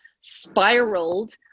spiraled